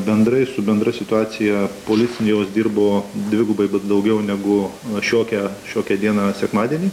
bendrai su bendra situacija policijos dirbo dvigubai daugiau negu šiokią šiokią dieną sekmadienį